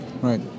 Right